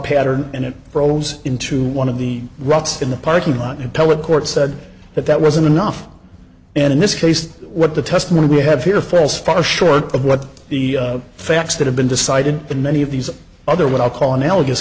pattern and it rolls into one of the ruts in the parking lot and tell the court said that that wasn't enough and in this case what the testimony we have here falls far short of what the facts that have been decided in many of these other what i call analogous